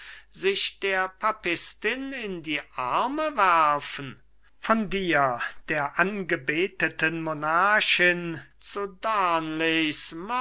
sich der papistin in die arme werfen von dir der angebeteten monarchin zu